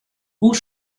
hoe